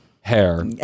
hair